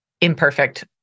imperfect